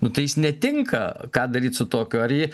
nu tai jis netinka ką daryt su tokiu ar jį